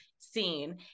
Scene